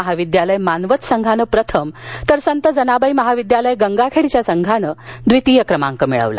महाविद्यालय मानवत संघाने प्रथम तर संत जनाबाई महाविद्यालय गंगाबेडच्या संघाने द्वितीय क्रमांक मिळवला